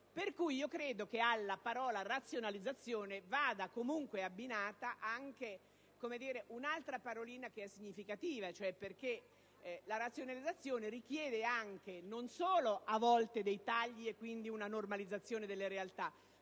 Quindi, credo che alla parola razionalizzazione vada comunque abbinata anche un'altra parolina significativa. La razionalizzazione richiede non solo, a volte, dei tagli, e quindi una normalizzazione delle realtà,